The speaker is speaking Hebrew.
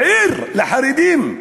עיר לחרדים,